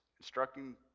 instructing